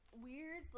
weird